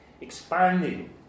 expanding